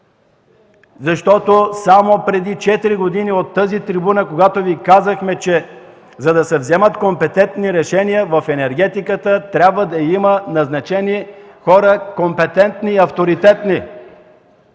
защото само преди 4 години, когато от тази трибуна Ви казахме, че за да се вземат компетентни решения в енергетиката, трябва да има назначени компетентни и авторитетни